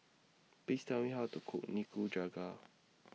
Please Tell Me How to Cook Nikujaga